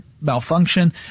malfunction